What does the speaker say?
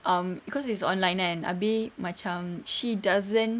um cause it's online kan abeh macam she doesn't